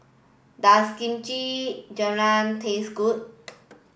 does Kimchi taste good